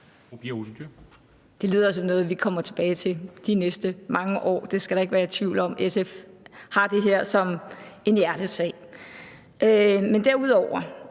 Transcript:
Det lyder som noget, vi kommer tilbage til de næste mange år. Det skal der ikke være tvivl om. SF har det her som en hjertesag. Men derudover